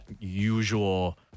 usual